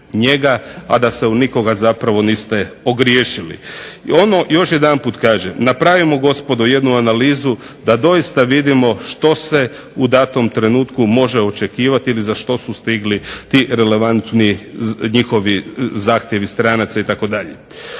a da se o nikoga zapravo niste ogriješili. I ono, još jedanput kažem, napravimo gospodo jednu analizu da doista vidimo što se u datom trenutku može očekivati ili za što su stigli ti relevantni njihovi zahtjevi stranaca itd.